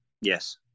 Yes